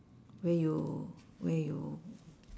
where you where you